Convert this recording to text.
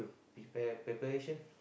prepare preparation